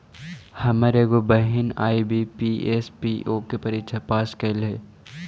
हमर एगो बहिन आई.बी.पी.एस, पी.ओ के परीक्षा पास कयलइ हे